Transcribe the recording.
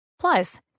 Plus